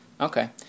Okay